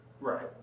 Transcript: right